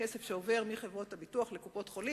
כסף שעובר מחברות הביטוח לקופות-החולים,